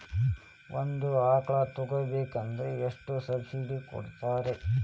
ಒಂದು ಆಕಳ ತಗೋಬೇಕಾದ್ರೆ ಎಷ್ಟು ಸಬ್ಸಿಡಿ ಕೊಡ್ತಾರ್?